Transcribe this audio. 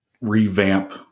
revamp